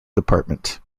department